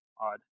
odd